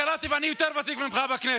קראתי, ואני יותר ותיק ממך בכנסת.